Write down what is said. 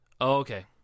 okay